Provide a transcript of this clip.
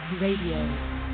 Radio